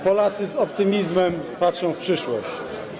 Polacy z optymizmem patrzą w przyszłość.